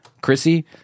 Chrissy